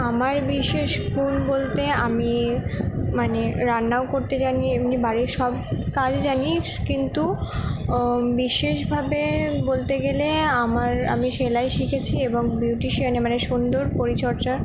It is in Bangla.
আমার বিশেষ গুণ বলতে আমি মানে রান্নাও করতে জানি এমনি বাড়ির সব কাজই জানি কিন্তু বিশেষভাবে বলতে গেলে আমার আমি সেলাই শিখেছি এবং বিউটিশিয়ানের মানে সুন্দর পরিচর্চার